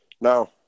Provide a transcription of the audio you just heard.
Now